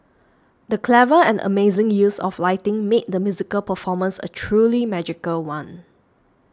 the clever and amazing use of lighting made the musical performance a truly magical one